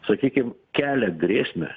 sakykim kelia grėsmę